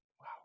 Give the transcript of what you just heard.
Wow